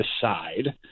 decide